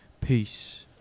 Peace